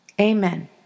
amen